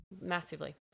Massively